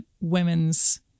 women's